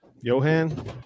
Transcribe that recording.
Johan